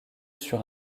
sur